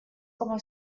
como